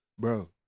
bro